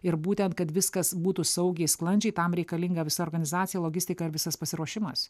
ir būtent kad viskas būtų saugiai sklandžiai tam reikalinga visa organizacija logistika ir visas pasiruošimas